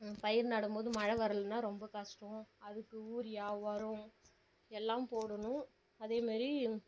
பயிர் நடும்மோது மழை வரலனா ரொம்ப கஷ்டம் அதுக்கு யூரியா உரோம் எல்லாம் போடணும் அதேமாரி